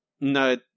No